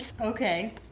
Okay